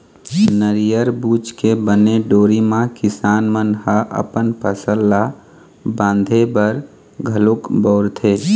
नरियर बूच के बने डोरी म किसान मन ह अपन फसल ल बांधे बर घलोक बउरथे